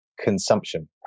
consumption